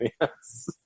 yes